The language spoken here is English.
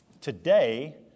Today